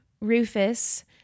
Rufus